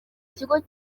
kigo